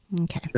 Okay